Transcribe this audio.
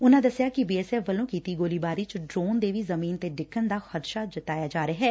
ਉਨਾਂ ਦਸਿਆ B S F ਵੱਲੋ' ਕੀਤੀ ਗੋਲੀਬਾਰੀ 'ਚ ਡਰੋਨ ਦੇ ਵੀ ਜ਼ਮੀਨ ਤੇ ਡਿੱਗਣ ਦਾ ਖਦਸ਼ਾ ਜਤਾਇਆ ਜਾ ਰਿਹੈ